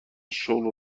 شغل